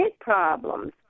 problems